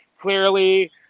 clearly